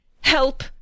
Help